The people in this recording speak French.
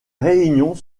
réunions